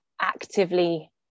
actively